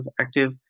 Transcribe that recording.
active